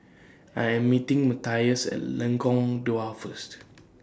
I Am meeting Matias At Lengkong Dua First